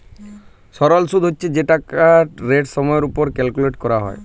সরল সুদ্ হছে যে টাকাটর রেট সময়ের উপর ক্যালকুলেট ক্যরা হ্যয়